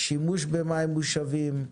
שימוש במים מושבים,